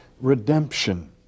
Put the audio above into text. redemption